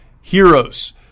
heroes